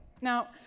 Now